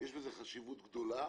יש בזה חשיבות גדולה.